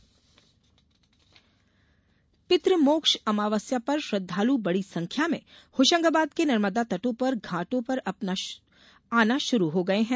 पित्रमोक्ष पितृमोक्ष अमावस्या पर श्रद्दालु बडी संख्या में होशंगाबाद के नर्मदा तटों और घाटों पर आना शुरू हो गया है